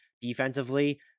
defensively